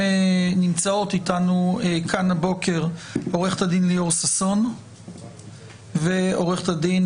נמצאות איתנו כאן הבוקר עורכת הדין ליאור ששון ועורכת הדין